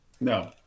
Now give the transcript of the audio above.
No